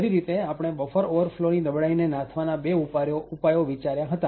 ખરી રીતે આપણે બફર ઓવરફલો ની નબળાઈને નાથવાના બે ઉપાયો વિચાર્યા હતા